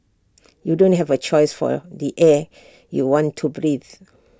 you don't have A choice for the air you want to breathe